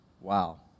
Wow